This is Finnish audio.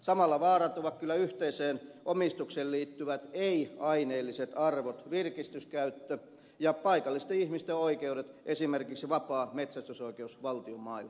samalla vaarantuvat kyllä yhteiseen omistukseen liittyvät ei aineelliset arvot virkistyskäyttö ja paikallisten ihmisten oikeudet esimerkiksi vapaa metsästysoikeus valtion mailla